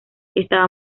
estaba